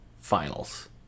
finals